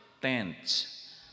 tents